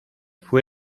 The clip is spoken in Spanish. fue